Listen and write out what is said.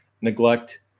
neglect